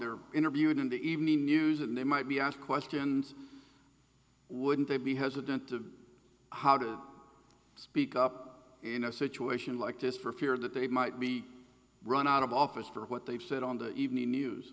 they're interviewed in the evening news and they might be asked questions wouldn't they be hesitant to how to speak up in a situation like this for fear that they might be run out of office for what they've said on the evening news